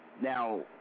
Now